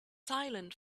silent